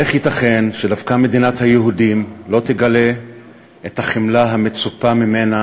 איך ייתכן שדווקא מדינת היהודים לא תגלה את החמלה המצופה ממנה